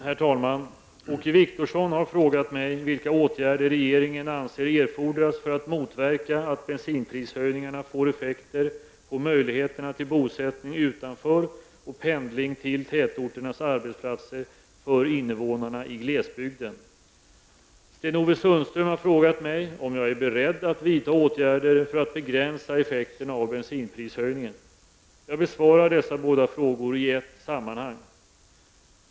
Herr talman! Åke Wictorsson har frågat mig vilka åtgärder regeringen anser erfordras för att motverka att bensinprishöjningarna får effekter på möjligheterna till bosättning utanför och pendling till tätorternas arbetsplatser för innevånarna i glesbygden. Sten-Ove Sundström har frågat mig om jag är beredd att vidta åtgärder för att begränsa effekterna av bensinprishöjningen. Jag besvarar dessa båda frågor i ett sammanhang.